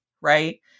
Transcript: right